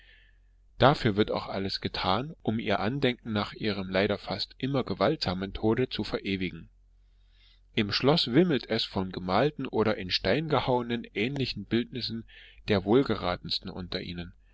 dafür wird auch alles getan um ihr andenken nach ihrem leider fast immer gewaltsamen tode zu verewigen im schloß wimmelt es von gemalten oder in stein gehauenen ähnlichen bildnissen der wohlgeratensten unter ihnen